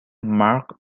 mark